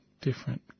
different